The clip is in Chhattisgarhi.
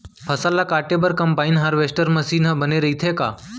फसल ल काटे बर का कंबाइन हारवेस्टर मशीन ह बने रइथे का?